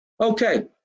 Okay